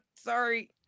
Sorry